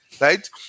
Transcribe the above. Right